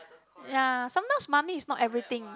ya sometimes money is not everything